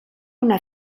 una